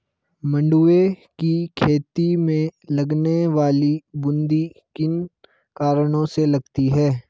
मंडुवे की खेती में लगने वाली बूंदी किन कारणों से लगती है?